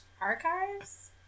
archives